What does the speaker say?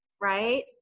right